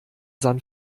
san